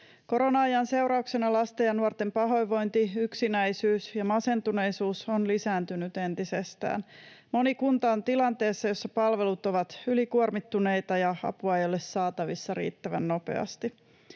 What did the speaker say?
Korona-ajan seurauksena lasten ja nuorten pahoinvointi, yksinäisyys ja masentuneisuus ovat lisääntyneet entisestään. Moni kunta on tilanteessa, jossa palvelut ovat ylikuormittuneita ja apua ei ole saatavissa riittävän nopeasti.